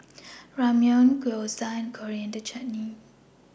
Ramyeon Gyoza and Coriander Chutney